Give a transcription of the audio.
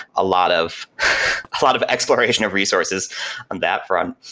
ah lot of ah lot of exploration of resources on that front.